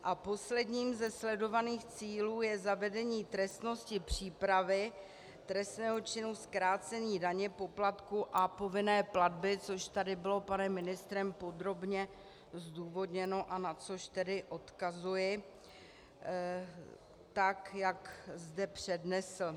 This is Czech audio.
A posledním ze sledovaných cílů je zavedení trestnosti přípravy trestného činu zkrácení daně, poplatku a povinné platby, což tady bylo panem ministrem podrobně zdůvodněno, a na což tedy odkazuji tak, jak zde přednesl.